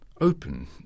open